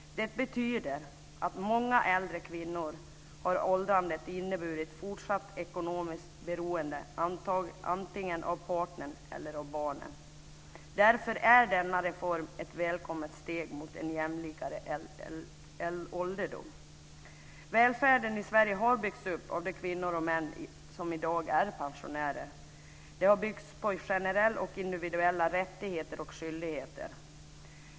Det betyder att för många äldre kvinnor har åldrandet inneburit fortsatt ekonomiskt beroende, antingen av partnern eller av barnen. Därför är denna reform ett välkommet steg mot en jämlikare ålderdom. Välfärden i Sverige har byggts upp av de kvinnor och män som i dag är pensionärer. Den har byggts på generella och individuella rättigheter och skyldigheter.